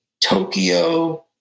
Tokyo